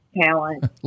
talent